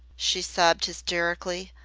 she sobbed hysterically,